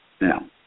Now